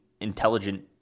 intelligent